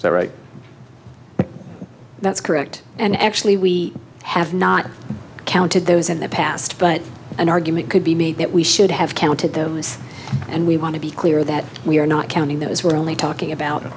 there right that's correct and actually we have not counted those in the past but an argument could be made that we should have counted them and we want to be clear that we are not counting those who are only talking about